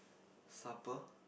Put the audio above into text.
supper